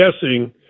guessing